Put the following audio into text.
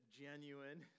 genuine